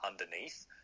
underneath